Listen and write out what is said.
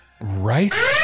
Right